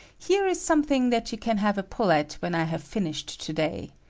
here is something that you can have a pull at when i have finished to-day.